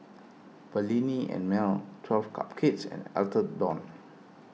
Perllini and Mel twelve Cupcakes and Atherton